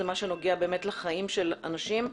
זה מה שנוגע באמת לחיים של אנשים,